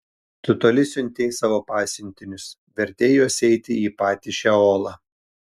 tu toli siuntei savo pasiuntinius vertei juos eiti į patį šeolą